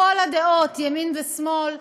ימין ושמאל,